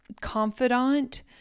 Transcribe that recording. confidant